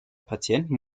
patienten